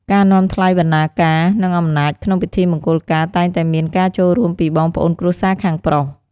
ការនាំថ្លៃបណ្ដាការ និងអំណោយក្នុងពិធីមង្គលការតែងតែមានការចូលរួមពីបងប្អូនគ្រួសារខាងប្រុស។